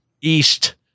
east